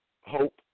hope